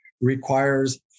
requires